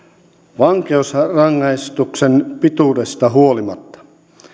vankeusrangaistuksen pituudesta huolimatta